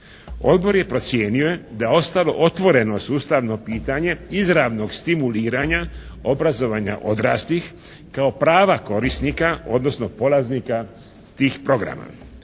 Odbor je procijenio da je ostalo otvoreno sustavno pitanje izravnog stimuliranja obrazovanja odraslih kao prava korisnika, odnosno polaznika tih programa.